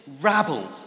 rabble